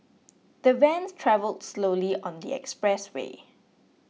the van travelled slowly on the motorway